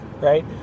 right